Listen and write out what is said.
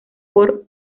por